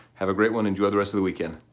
have a great one, enjoy the rest of the weekend.